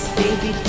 baby